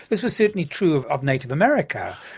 this was certainly true of of native america.